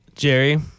Jerry